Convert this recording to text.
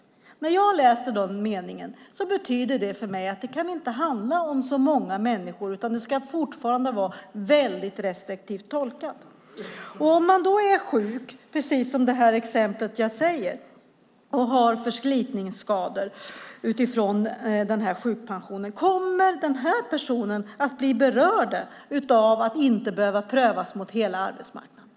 När jag läser detta betyder det för mig att det inte kan handla om särskilt många människor, utan det ska fortfarande tolkas mycket restriktivt. Om man är sjuk och har förslitningsskador, som Marita i mitt exempel, kommer man då inte att behöva prövas mot hela arbetsmarknaden?